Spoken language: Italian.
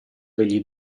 degli